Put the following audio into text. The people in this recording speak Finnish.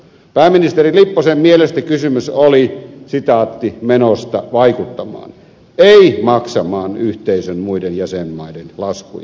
pääministeri lipposen mielestä kysymys oli menosta vaikuttamaan ei maksamaan yhteisön muiden jäsenmaiden laskuja